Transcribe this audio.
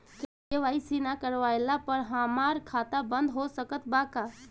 KYC ना करवाइला पर हमार खाता बंद हो सकत बा का?